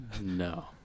No